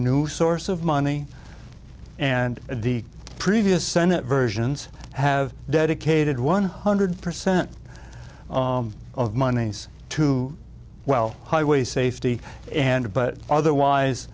new source of money and the previous senate versions have dedicated one hundred percent of monies to well highway safety and but otherwise